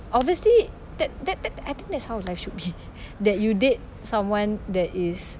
obviously that that that I think that's how life should be that you date someone that is